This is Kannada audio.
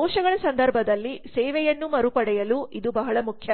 ದೋಷಗಳ ಸಂದರ್ಭದಲ್ಲಿ ಸೇವೆಯನ್ನು ಮರುಪಡೆಯಲು ಇದು ಬಹಳ ಮುಖ್ಯ